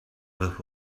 with